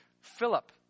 Philip